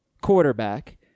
quarterback